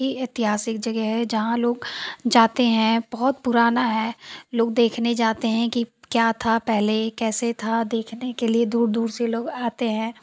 ही ऐतिहासिक जगह है जहाँ लोग जाते हैं बहुत पुराना है लोग देखने जाते हैं कि क्या था पहले कैसे था देखने के लिए दूर दूर से लोग आते हैं